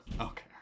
Okay